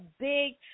big